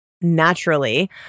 naturally